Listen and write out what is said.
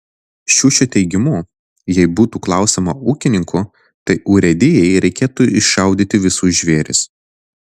šiušio teigimu jei būtų klausoma ūkininkų tai urėdijai reikėtų iššaudyti visus žvėris